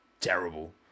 terrible